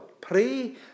Pray